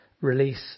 release